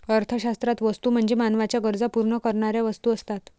अर्थशास्त्रात वस्तू म्हणजे मानवाच्या गरजा पूर्ण करणाऱ्या वस्तू असतात